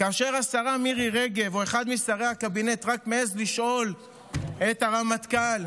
כאשר השרה מירי רגב או אחד משרי הקבינט רק מעיזים לשאול את הרמטכ"ל,